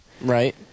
Right